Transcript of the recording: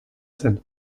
zen